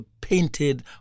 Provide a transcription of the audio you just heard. painted